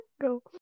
Go